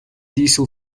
diesel